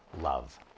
love